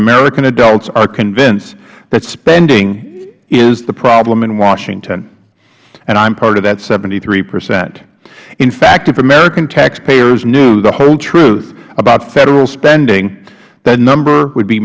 american adults are convinced that spending is the problem in washington and i'm part of that hpercent in fact if american taxpayers knew the whole truth about federal spending the number would be